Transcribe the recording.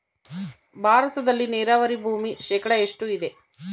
ಭಾರತದಲ್ಲಿ ನೇರಾವರಿ ಭೂಮಿ ಶೇಕಡ ಎಷ್ಟು ಇದೆ?